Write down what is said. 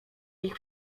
nich